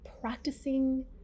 practicing